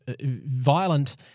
violent